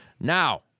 Now